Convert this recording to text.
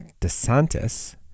DeSantis